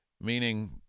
meaning